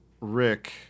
Rick